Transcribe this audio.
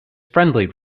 friendly